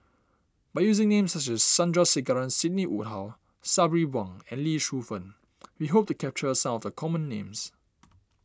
by using names such as Sandrasegaran Sidney Woodhull Sabri Buang and Lee Shu Fen we hope to capture some of the common names